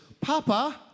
Papa